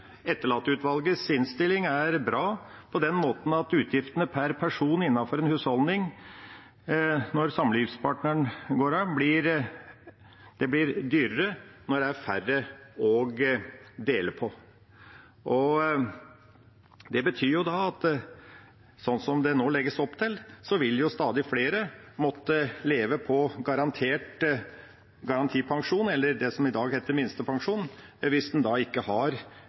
innstilling er bra på den måten at utgiftene per person innenfor en husholdning øker når samlivspartneren faller fra, at det blir dyrere når det er færre å dele på. Det betyr, sånn som det nå legges opp til, at stadig flere vil måtte leve på garantipensjon, det som i dag heter minstepensjon, hvis en da ikke har